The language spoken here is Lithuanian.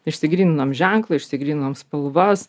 išsigryninom ženklą išsigryninom spalvas